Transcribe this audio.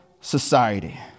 society